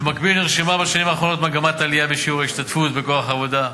במקביל נרשמה בשנים האחרונות מגמת עלייה בשיעור ההשתתפות בכוח העבודה.